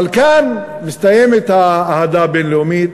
אבל כאן מסתיימת האהדה הבין-לאומית,